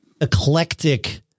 eclectic